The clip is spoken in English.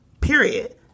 Period